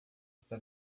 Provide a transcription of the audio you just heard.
está